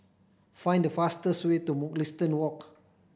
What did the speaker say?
find the fastest way to Mugliston Walk